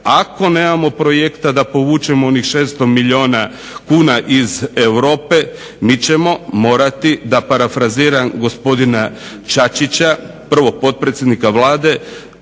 ako nemamo projekta da povučemo onih 600 milijuna kuna iz Europe mi ćemo morati, da parafraziram gospodina Čačića, prvog potpredsjednika Vlade,